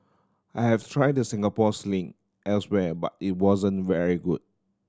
I have tried the Singapore Sling elsewhere but it wasn't very good